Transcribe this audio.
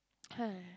hi